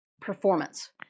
Performance